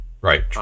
Right